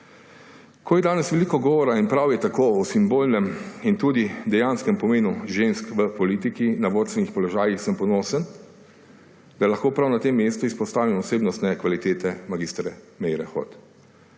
Ko je danes veliko govora, in prav je tako, o simbolnem in tudi dejanskem pomenu žensk v politiki na vodstvenih položajih, sem ponosen, da lahko prav na tem mestu izpostavim osebnostne kvalitete mag. Meire Hot.